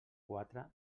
quatre